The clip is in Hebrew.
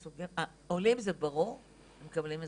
עולים זה ברור הם מקבלים אזרחות,